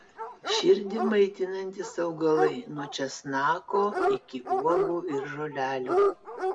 širdį maitinantys augalai nuo česnako iki uogų ir žolelių